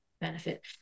benefit